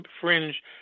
fringe